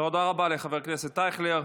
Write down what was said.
תודה רבה לחבר הכנסת אייכלר.